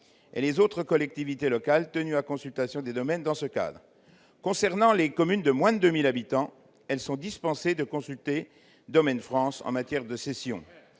et les autres collectivités locales tenues à consultation des domaines dans ce cadre. S'agissant des communes de moins de 2 000 habitants, elles sont dispensées de consulter le service France Domaine en matière de cession.